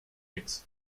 eggs